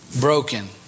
broken